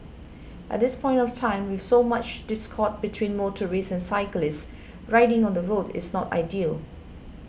at this point of time with so much discord between motorists and cyclists riding on the road is not ideal